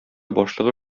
башлыгы